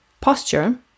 posture